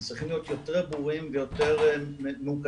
הם צריכים להיות יותר ברורים ויותר ממוקדים